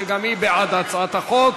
שגם היא בעד הצעת החוק.